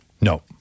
No